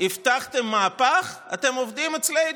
הבטחתם מהפך, אתם עובדים אצלנו.